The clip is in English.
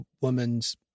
woman's